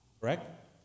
Correct